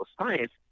science